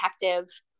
detective